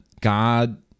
God